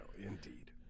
indeed